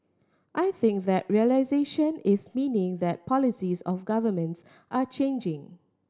I think that realisation is meaning that policies of governments are changing